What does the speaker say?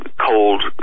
Cold